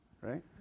right